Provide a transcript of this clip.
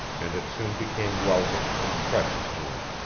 and it soon became welcome and precious to him.